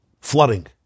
Flooding